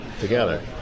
together